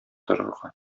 торырга